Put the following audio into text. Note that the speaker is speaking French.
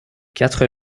quatre